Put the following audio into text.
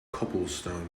cobblestone